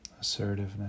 Assertiveness